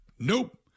Nope